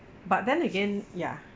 but then again ya